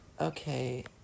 Okay